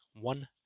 One